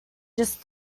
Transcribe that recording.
just